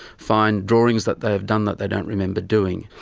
find drawings that they've done that they don't remember doing.